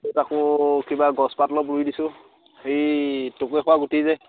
আকৌ কিবা গছ পাত অলপ পুৰি দিছোঁ হেৰি টকৌৱে খোৱা গুটি যে